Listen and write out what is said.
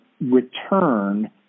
return